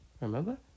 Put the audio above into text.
remember